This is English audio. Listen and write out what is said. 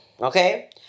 Okay